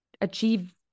achieve